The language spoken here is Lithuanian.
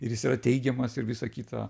ir jis yra teigiamas ir visa kita